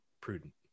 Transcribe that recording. prudent